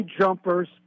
jumpers